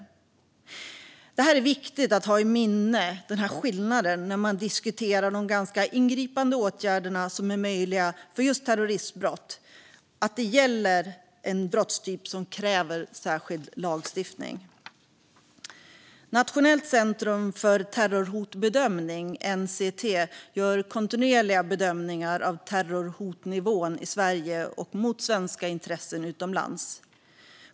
Det är viktigt att minnas den skillnaden när man diskuterar de ganska ingripande åtgärder som är möjliga för just terroristbrott. Det är en brottstyp som kräver särskild lagstiftning. Nationellt centrum för terrorhotbedömning, NCT, gör kontinuerliga bedömningar av terrorhotnivån i Sverige och mot svenska intressen utomlands.